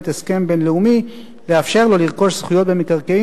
הסכם בין-לאומי לאפשר לו לרכוש זכויות במקרקעין